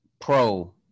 pro